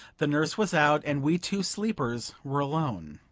the nurse was out, and we two sleepers were alone.